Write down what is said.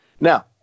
Now